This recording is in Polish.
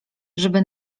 żeby